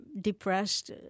depressed